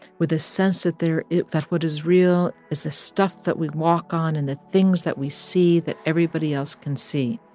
with a sense that there that what is real is the stuff that we walk on and the things that we see that everybody else can see.